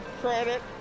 Credit